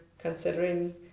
considering